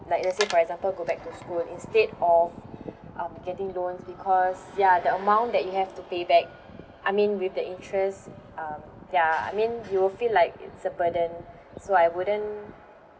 like let's say for example go back to school instead of um getting loans because ya the amount that you have to pay back I mean with the interest um ya I mean you will feel like it's a burden so I wouldn't